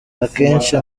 akenshi